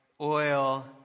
oil